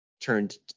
turned